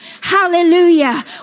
Hallelujah